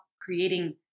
creating